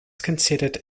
considered